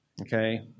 okay